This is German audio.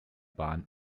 bahn